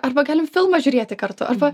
arba galim filmą žiūrėti kartu arba